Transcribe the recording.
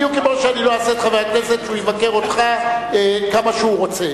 בדיוק כמו שאני לא אהסה את חבר הכנסת כשהוא יבקר אותך כמה שהוא רוצה.